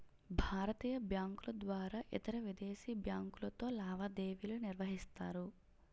భారతీయ బ్యాంకుల ద్వారా ఇతరవిదేశీ బ్యాంకులతో లావాదేవీలు నిర్వహిస్తారు